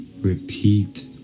repeat